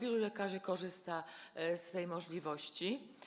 Ilu lekarzy korzysta z tej możliwości?